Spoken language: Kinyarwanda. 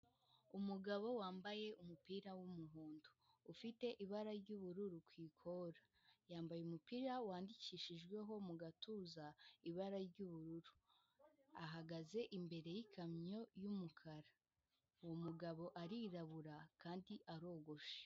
Umugabo wambaye umupira w'umuhondo ufite ibara ry'ubururu ku ikora, yambaye umupira wandikishijweho mu gatuza ibara ry'ubururu, ahagaze imbere y'ikamyo y'umukara, uwo mugabo arirabura kandi arogosha.